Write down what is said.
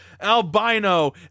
Albino